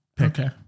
Okay